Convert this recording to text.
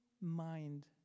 mind